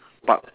park